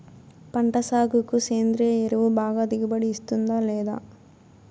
పంట సాగుకు సేంద్రియ ఎరువు బాగా దిగుబడి ఇస్తుందా లేదా